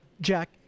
Jack